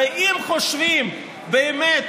הרי אם חושבים באמת,